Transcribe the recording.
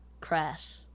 crash